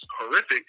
horrific